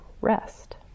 rest